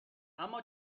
اما